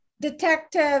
detective